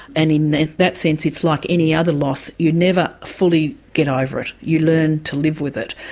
and in that sense it's like any other loss, you never fully get over it, you learn to live with it.